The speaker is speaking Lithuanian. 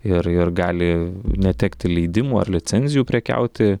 ir ir gali netekti leidimų ar licenzijų prekiauti